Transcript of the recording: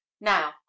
now